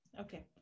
Okay